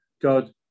God